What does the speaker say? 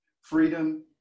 Freedom